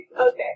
okay